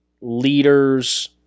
leaders